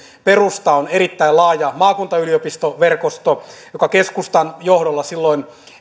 perusta on erittäin laaja maakuntayliopistoverkosto joka keskustan johdolla silloin